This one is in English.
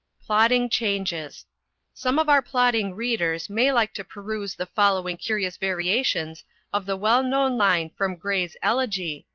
plodding changes some of our plodding readers may like to peruse the following curious variations of the well-known line from gray's elegy,